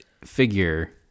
figure